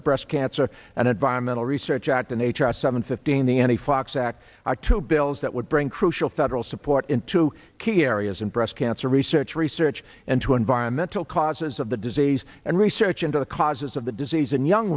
the breast cancer and environmental research act and h r seven fifteen the any fox act are two bills that would bring crucial federal support in two key areas in breast cancer research research and to environmental causes of the disease and research into the causes of the disease and young